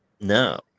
No